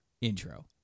intro